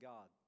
God